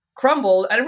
crumbled